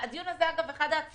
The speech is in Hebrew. הדיון הזה הוא אחד העצובים